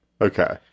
Okay